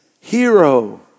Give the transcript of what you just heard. hero